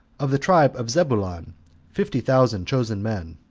of the tribe of zebulon fifty thousand chosen men.